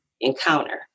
encounter